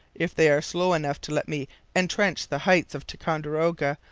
if they are slow enough to let me entrench the heights of ticonderoga,